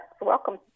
welcome